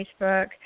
Facebook